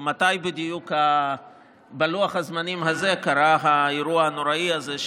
מתי בדיוק בלוח הזמנים הזה קרה האירוע הנוראי הזה,